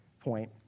point